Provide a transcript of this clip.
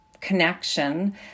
connection